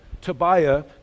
Tobiah